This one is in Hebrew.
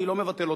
אני לא מבטל אותה.